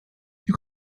you